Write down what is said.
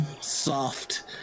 soft